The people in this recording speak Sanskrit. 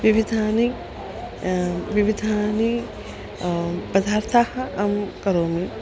विविधानि विविधानि पधार्थानि अहं करोमि